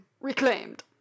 Reclaimed